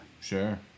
Sure